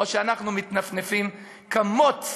או שאנחנו מתנפנפים כמוץ,